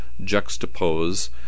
juxtapose